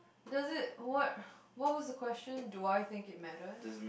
does it what what was the question do I think it matters